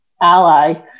ally